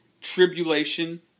tribulation